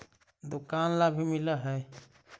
दुकान ला भी मिलहै?